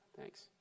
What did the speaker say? Thanks